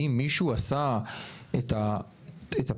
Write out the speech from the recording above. אם מישהו עשה את הצרכים